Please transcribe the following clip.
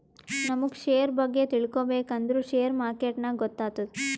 ನಮುಗ್ ಶೇರ್ ಬಗ್ಗೆ ತಿಳ್ಕೋಬೇಕ್ ಅಂದುರ್ ಶೇರ್ ಮಾರ್ಕೆಟ್ನಾಗೆ ಗೊತ್ತಾತ್ತುದ